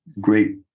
great